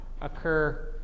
occur